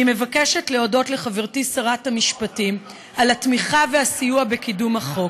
אני מבקשת להודות לחברתי שרת המשפטים על התמיכה והסיוע בקידום החוק,